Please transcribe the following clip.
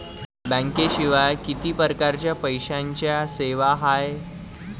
बँकेशिवाय किती परकारच्या पैशांच्या सेवा हाय?